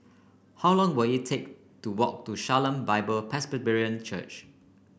how long will it take to walk to Shalom Bible Presbyterian Church